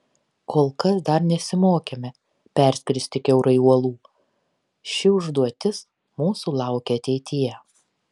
kol kas dar nesimokėme perskristi kiaurai uolų ši užduotis mūsų laukia ateityje